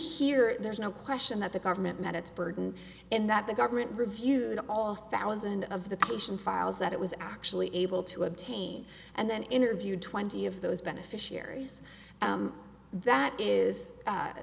here there's no question that the government medicare burden and that the government reviewed all thousand of the patient files that it was actually able to obtain and then interview twenty of those beneficiaries that is